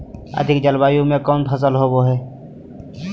अधिक जलवायु में कौन फसल होबो है?